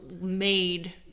made